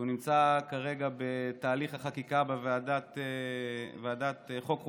שנמצא כרגע בתהליך החקיקה בוועדת החוקה,